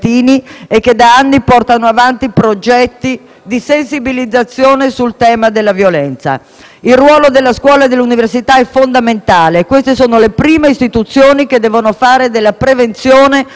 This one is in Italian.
di sensibilizzazione sul tema della violenza. Il ruolo della scuola e dell'università è fondamentale e queste sono le prime istituzioni che devono fare della prevenzione un principio cardine contro ogni violenza,